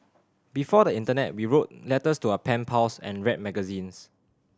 before the internet we wrote letters to our pen pals and read magazines